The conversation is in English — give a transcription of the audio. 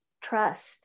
trust